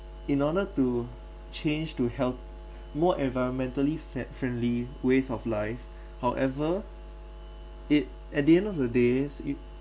in order to change to help more environmentally frie~ friendly ways of life however it at the end of the day is it